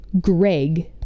Greg